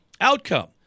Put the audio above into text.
outcome